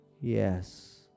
Yes